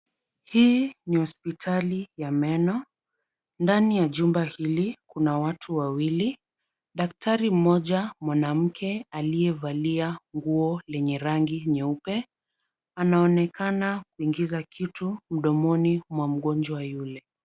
Hii ni hospitali ya meno. Ndani ya jumba hili kuna watu wawili. Daktari mmoja mwanamke aliyevalia nguo lenye rangi nyeupe. Anaonekana kuingiza kitu mdomoni mwa mgojwa yule.